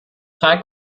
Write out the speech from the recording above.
drei